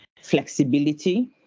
flexibility